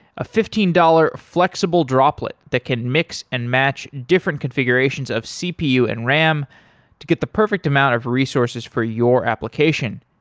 a fifteen dollars flexible droplet that can mix and match different configurations of cpu and ram to get the perfect amount of resources for your application.